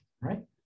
right